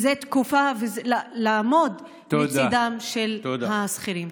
זו תקופה לעמוד לצידם של השכירים.